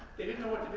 they didn't know what